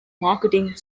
marketing